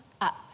up